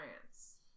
France